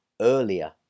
earlier